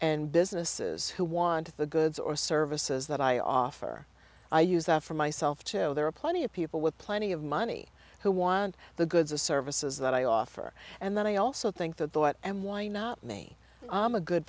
and businesses who want the goods or services that i offer i use that for myself too there are plenty of people with plenty of money who want the goods or services that i offer and then i also think that the what and why not me ahmed good